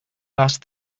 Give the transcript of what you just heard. last